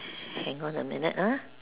hang on a minute ah